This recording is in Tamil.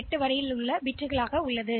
எனவே இந்த 42 பிட் வடிவமாக மாற்றப்படும்